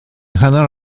hanner